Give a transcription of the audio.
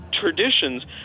traditions